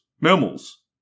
mammals